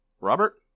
Robert